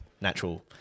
natural